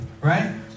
right